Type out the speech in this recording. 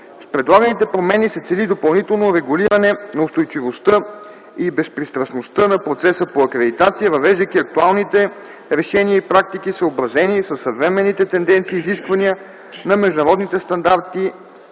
С предлаганите промени се цели допълнително регулиране на устойчивостта и безпристрастността на процеса по акредитация, въвеждайки актуалните решения и практики, съобразени със съвременните тенденции и изисквания на международните стандарти